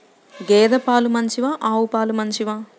గేద పాలు మంచివా ఆవు పాలు మంచివా?